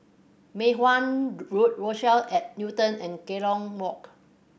Mei Hwan Road Rochelle at Newton and Kerong Walk